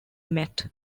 met